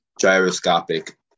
gyroscopic